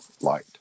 light